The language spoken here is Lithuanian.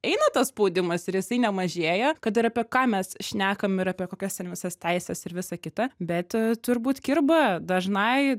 eina tas spaudimas ir jisai nemažėja kad ir apie ką mes šnekam ir apie kokias ten visas teises ir visa kita bet turbūt kirba dažnai